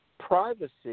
Privacy